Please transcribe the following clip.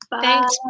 Thanks